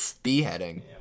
beheading